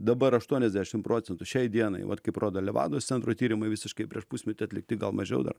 dabar aštuoniasdešim procentų šiai dienai vat kaip rodo levados centro tyrimai visiškai prieš pusmetį atlikti gal mažiau dar